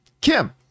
kim